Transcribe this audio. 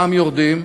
פעם יורדים,